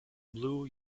blue